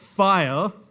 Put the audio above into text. Fire